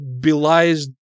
belies